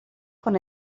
con